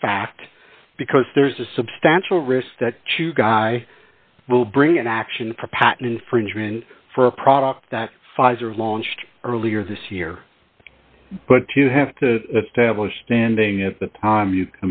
in fact because there's a substantial risk that tew guy will bring an action for patent infringement for a product that pfizer launched earlier this year but to have to establish standing at the time you